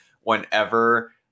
whenever